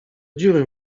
dziury